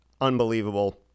unbelievable